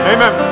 Amen